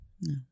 no